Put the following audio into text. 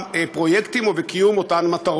לא לגבי הגדה המערבית,